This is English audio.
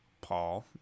Paul